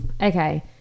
Okay